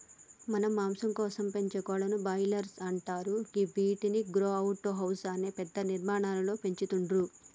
మాంసం కోసం పెంచే కోళ్లను బ్రాయిలర్స్ అంటరు గివ్విటిని గ్రో అవుట్ హౌస్ అనే పెద్ద నిర్మాణాలలో పెంచుతుర్రు